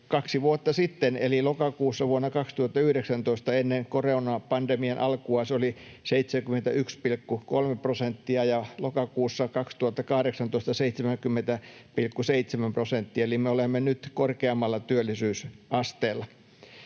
kaksi vuotta sitten eli lokakuussa vuonna 2019 ennen koronapandemian alkua se oli 71,3 prosenttia ja lokakuussa 2018 se oli 70,7 prosenttia, eli me olemme nyt korkeammalla työllisyysasteella.